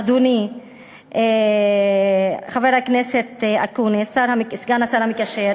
אדוני חבר הכנסת אקוניס, סגן השר המקשר,